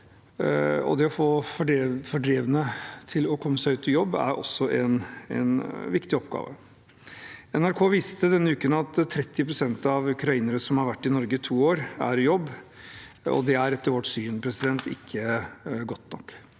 det å få fordrevne ut i jobb er også en viktig oppgave. NRK viste denne uken at 30 pst. av ukrainerne som har vært i Norge to år, er i jobb, og det er etter vårt syn ikke godt nok.